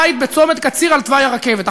בית בצומת קציר על תוואי הרכבת.